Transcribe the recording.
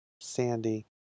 Sandy